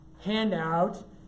handout